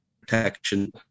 protection